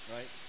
Right